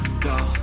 go